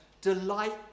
delight